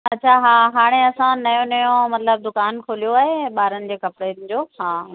अच्छा हा हाणे असां नयो नयो मतिलबु दुकान खोलियो आहे ऐं ॿारनि जे कपिड़नि जो